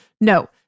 No